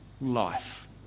life